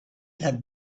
had